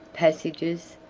passages,